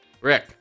Rick